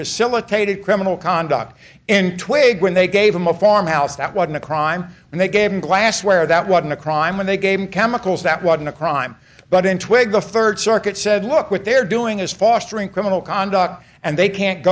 facilitated criminal conduct in twig when they gave him a farmhouse that wasn't a crime and they gave him glassware that wasn't a crime when they gave him chemicals that wasn't a crime but in twigg the third circuit said look what they're doing is fostering criminal conduct and they can't